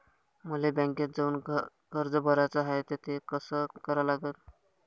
मले बँकेत जाऊन कर्ज भराच हाय त ते कस करा लागन?